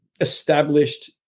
established